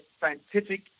scientific